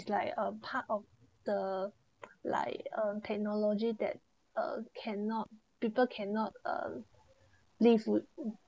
it's like a part of the like uh technology that uh cannot people cannot uh leave with